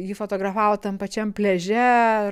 ji fotografavo tam pačiam pliaže